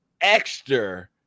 extra